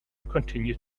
continued